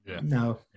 No